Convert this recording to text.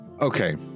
Okay